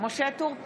משה טור פז,